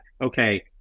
okay